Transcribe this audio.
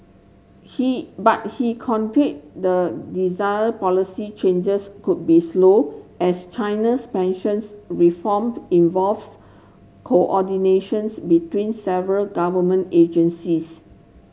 he but he the desired policy changes could be slow as China's pensions reform involves coordination's between several government agencies